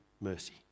mercy